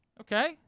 Okay